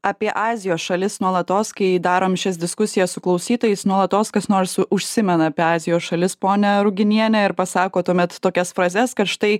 apie azijos šalis nuolatos kai darom šias diskusijas su klausytojais nuolatos kas nors užsimena apie azijos šalis ponia ruginiene ir pasako tuomet tokias frazes kad štai